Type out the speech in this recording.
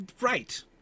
Right